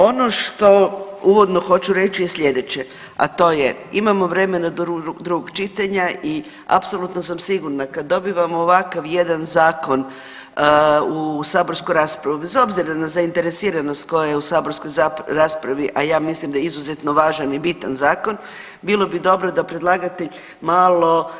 Ono što uvodno hoću reći je slijedeće, a to je imamo vremena do drugog čitanja i apsolutno sam sigurna kad dobivamo ovakav jedan zakon u saborsku raspravu bez obzira na zainteresiranost koja je u saborskoj raspravi, a ja mislim da je izuzetno važan i bitan zakon bilo bi dobro da predlagatelj malo